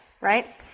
Right